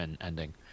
ending